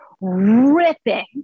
ripping